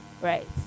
Right